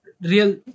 real